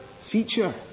feature